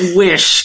wish